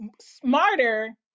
smarter